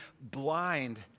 blind